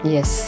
Yes